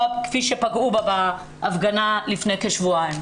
בה כפי שפגעו בגברת נתניהו בהפגנה לפני שבועיים.